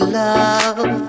love